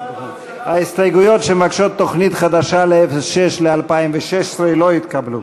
ההסתייגויות שמבקשות תוכנית חדשה ל-06 ל-2016 לא התקבלו.